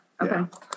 Okay